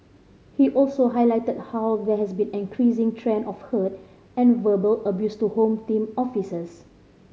he also highlighted how there has been an increasing trend of hurt and verbal abuse to Home Team officers